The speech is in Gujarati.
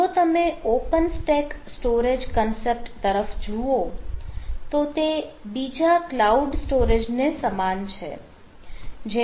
જો તમે ઓપન સ્ટેક સ્ટોરેજ કન્સેપ્ટ તરફ જુઓ તો તે બીજા કલાઉડ સ્ટોરેજ ને સમાન છે